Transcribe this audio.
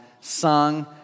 sung